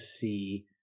see